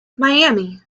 miami